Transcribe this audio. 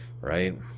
Right